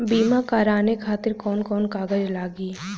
बीमा कराने खातिर कौन कौन कागज लागी?